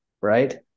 right